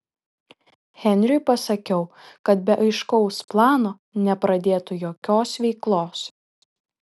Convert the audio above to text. henriui pasakiau kad be aiškaus plano nepradėtų jokios veiklos